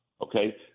Okay